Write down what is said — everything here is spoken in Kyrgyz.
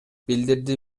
билдирди